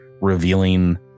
revealing